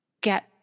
get